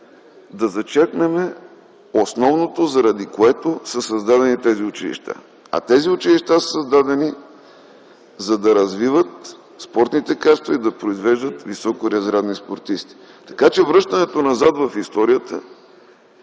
да зачертаем основното, заради което са създадени тези училища. А те са създадени, за да развиват спортните качества и да произвеждат високоразрядни спортисти. Така че връщането назад в историята